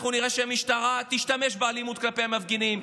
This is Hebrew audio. אנחנו נראה שהמשטרה תשתמש באלימות כלפי המפגינים.